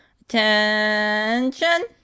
attention